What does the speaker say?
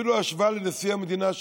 אפילו ההשוואה לנשיא המדינה,